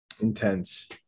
Intense